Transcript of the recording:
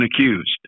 accused